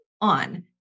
on